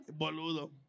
Boludo